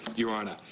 your honor,